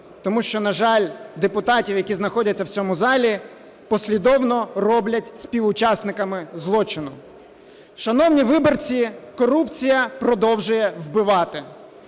тому що, на жаль, депутатів, які знаходяться в цьому залі, послідовно роблять співучасниками злочину. Шановні виборці, корупція продовжує вбивати.